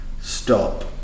stop